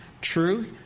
True